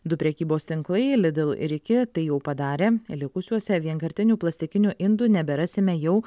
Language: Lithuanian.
du prekybos tinklai lidl ir iki tai jau padarė likusiuose vienkartinių plastikinių indų neberasime jau